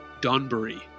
Donbury